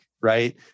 right